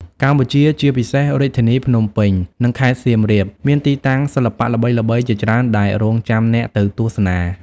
កម្ពុជា ជាពិសេសរាជធានីភ្នំពេញ និងខេត្តសៀមរាប មានទីតាំងសិល្បៈល្បីៗជាច្រើនដែលរង់ចាំអ្នកទៅទស្សនា។